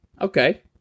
Okay